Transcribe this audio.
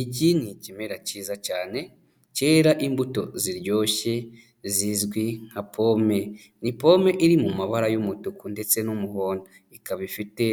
Iki ni ikimera kiza cyane, kera imbuto ziryoshye zizwi nka pome. Ni pome iri mu mabara y'umutuku ndetse n'umuhondo. Ikaba ifite